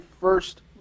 first